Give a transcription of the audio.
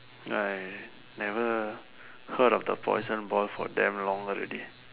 I never heard of the poison ball for damn long already